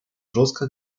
жестко